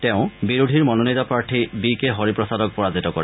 তেওঁ বিৰোধীৰ মনোনীত প্ৰাৰ্থী বি কে হৰিপ্ৰসাদক পৰাজিত কৰে